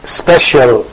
special